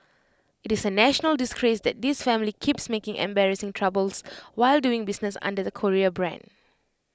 IT is A national disgrace that this family keeps making embarrassing troubles while doing business under the Korea brand